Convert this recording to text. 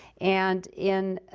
and in